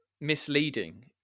misleading